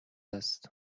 است